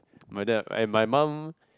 my dad and my mum